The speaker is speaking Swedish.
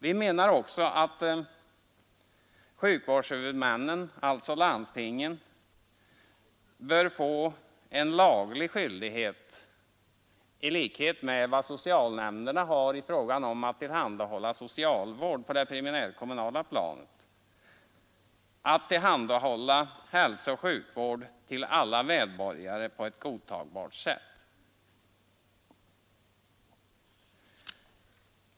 Vi menar också att sjukvårdshuvudmännen, alltså landstingen, bör få en laglig skyldighet — i likhet med vad socialnämnderna har i fråga om att tillhandahålla socialvård på det primärkommunala planet — att tillhandahålla hälsooch sjukvård till alla medborgare på ett godtagbart sätt.